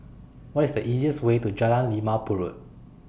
What IS The easiest Way to Jalan Limau Purut